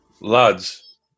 lads